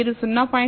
మీరు 0